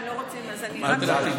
אם לא רוצים, אז אני רוצה, רק שאלה.